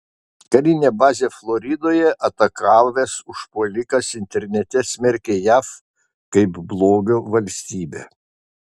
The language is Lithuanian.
karinę bazę floridoje atakavęs užpuolikas internete smerkė jav kaip blogio valstybę